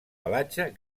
pelatge